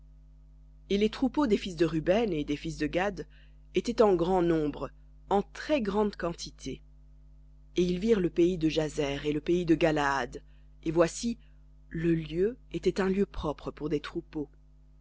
et les troupeaux des fils de ruben et des fils de gad étaient en grand nombre en très-grande quantité et ils virent le pays de jahzer et le pays de galaad et voici le lieu était un lieu propre pour des troupeaux